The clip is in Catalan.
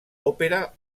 òpera